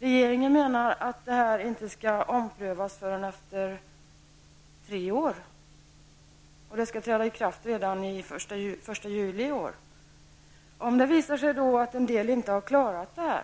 Regeringen menar att detta inte skall omprövas förrän efter tre år och att det skall träda i kraft redan den 1 juli i år. Om det visar sig att en del inte har klarat detta